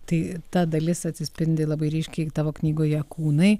tai ta dalis atsispindi labai ryškiai tavo knygoje kūnai